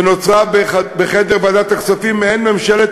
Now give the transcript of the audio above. ונוצרה בחדר ועדת הכספים מעין ממשלת